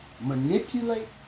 manipulate